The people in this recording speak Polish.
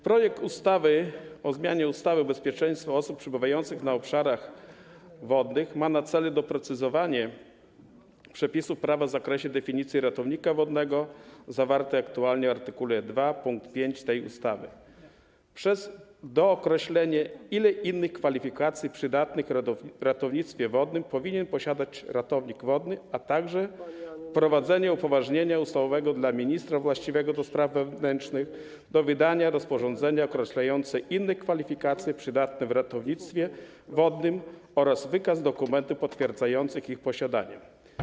Projekt ustawy o zmianie ustawy o bezpieczeństwie osób przebywających na obszarach wodnych ma na celu doprecyzowanie przepisów prawa w zakresie definicji ratownika wodnego zawartej aktualnie w art. 2 pkt 5 tej ustawy przez dookreślenie, ile innych kwalifikacji przydatnych w ratownictwie wodnym powinien posiadać ratownik wodny, a także wprowadzenie upoważnienia ustawowego dla ministra właściwego do spraw wewnętrznych do wydania rozporządzenia określającego inne kwalifikacje przydatne w ratownictwie wodnym oraz wykaz dokumentów potwierdzających ich posiadanie.